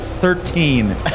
Thirteen